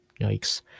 Yikes